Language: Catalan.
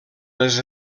les